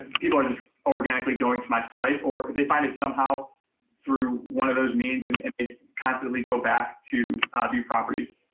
people are just organically going to my site or they find it somehow through one of those means and they constantly go back to view properties.